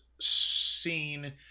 scene